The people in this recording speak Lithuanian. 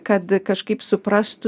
kad kažkaip suprastų